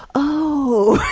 oh!